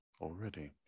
already